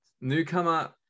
Newcomer